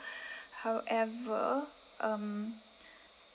however um